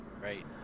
Right